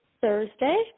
Thursday